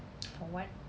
for what